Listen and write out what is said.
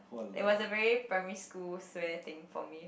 it was a very primary school swear thing for me